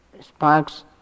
sparks